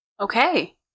Okay